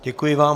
Děkuji vám.